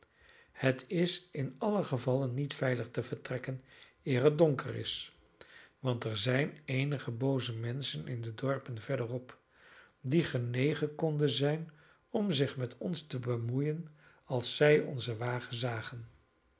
het is in allen gevalle niet veilig te vertrekken eer het donker is want er zijn eenige booze menschen in de dorpen verder op die genegen konden zijn om zich met ons te bemoeien als zij onzen wagen zagen